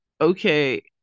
okay